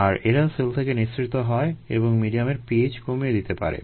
আর এরা সেল থেকে নিঃসৃত হয় এবং মিডিয়ামের pH কমিয়ে দিতে পারে